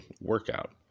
workout